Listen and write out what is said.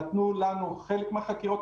נתנו לנו חלק מהחקירות.